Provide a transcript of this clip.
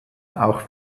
auch